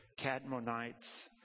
Cadmonites